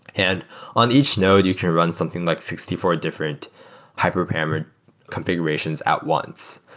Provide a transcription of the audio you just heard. and on each node, you can run something like sixty four different hyperparameter configurations at once.